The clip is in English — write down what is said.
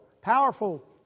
powerful